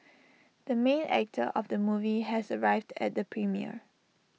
the main actor of the movie has arrived at the premiere